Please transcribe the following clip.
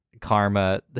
Karma